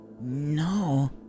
no